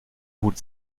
hut